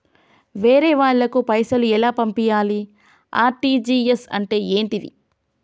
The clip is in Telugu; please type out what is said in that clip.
వేరే వాళ్ళకు పైసలు ఎలా పంపియ్యాలి? ఆర్.టి.జి.ఎస్ అంటే ఏంటిది?